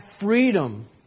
freedom